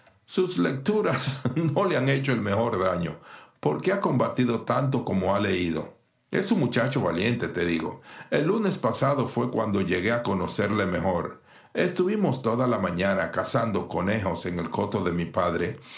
sus lecturas no le han hecho el menor daño porque ha combatido tanto como ha leído es un muchacho valiente el lunes pasado fué cuando llegué a conocerle mejor estuvimos toda la mañana cazando conejos en el coto de mi padre